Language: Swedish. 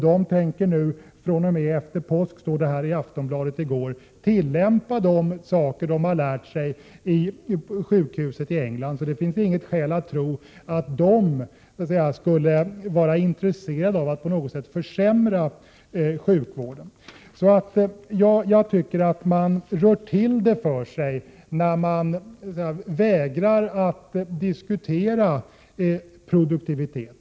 De tänker nu efter påsk börja tillämpa det som de har lärt sig på sjukhuset i England. Det finns alltså inga skäl att tro att de skulle vara intresserade av att försämra sjukvården. Jag tycker att man rör till det för sig när man vägrar att diskutera produktivitet.